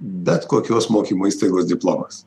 bet kokios mokymo įstaigos diplomas